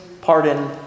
pardon